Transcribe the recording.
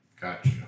Gotcha